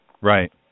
Right